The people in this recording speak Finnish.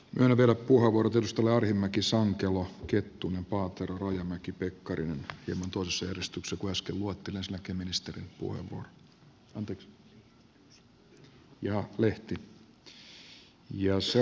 myönnän vielä vastauspuheenvuorot edustajille arhinmäki sankelo kettunen paatero rajamäki pekkarinen hieman toisessa järjestyksessä kuin äsken luettelin ja sen jälkeen ministerin puheenvuoro ja vielä edustaja lehti